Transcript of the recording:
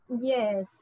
Yes